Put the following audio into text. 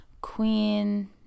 Queen